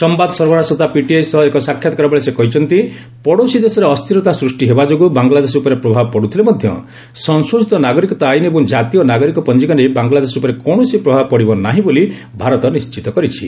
ସମ୍ବାଦ ସରବରାହ ସଂସ୍ଥା ପିଟିଆଇ ସହ ଏକ ସାକ୍ଷାତକାର ବେଳେ ସେ କହିଛନ୍ତି ପଡ଼ୋଶୀ ଦେଶରେ ଅସ୍ଥିରତା ସୃଷ୍ଟି ହେବା ଯୋଗୁଁ ବାଙ୍ଗଲାଦେଶ ଉପରେ ପ୍ରଭାବ ପଡ଼ୁଥିଲେ ମଧ୍ୟ ସଂଶୋଧିତ ନାଗରିକତା ଆଇନ୍ ଏବଂ ଜାତୀୟ ନାଗରିକ ପଞ୍ଜିକା ନେଇ ବାଙ୍ଗଲାଦେଶ ଉପରେ କୌଣସି ପ୍ରଭାବ ପଡ଼ିବ ନାହିଁ ବୋଲି ଭାରତ ନିଣ୍ଚିତ କରିଛି